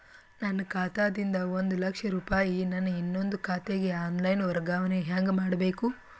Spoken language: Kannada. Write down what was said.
ನನ್ನ ಖಾತಾ ದಿಂದ ಒಂದ ಲಕ್ಷ ರೂಪಾಯಿ ನನ್ನ ಇನ್ನೊಂದು ಖಾತೆಗೆ ಆನ್ ಲೈನ್ ವರ್ಗಾವಣೆ ಹೆಂಗ ಮಾಡಬೇಕು?